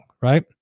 right